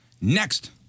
Next